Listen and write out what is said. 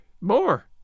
More